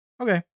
Okay